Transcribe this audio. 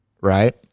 right